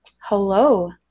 Hello